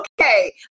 okay